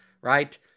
right